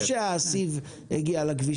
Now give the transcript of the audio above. לא שהסיב הגיע לכביש הראשי.